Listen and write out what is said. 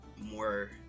more